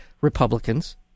Republicans